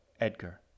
Edgar